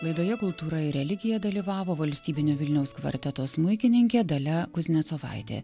laidoje kultūra ir religija dalyvavo valstybinio vilniaus kvarteto smuikininkė dalia kuznecovaitė